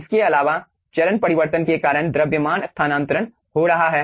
इसके अलावा चरण परिवर्तन के कारण द्रव्यमान स्थानांतरण हो रहा है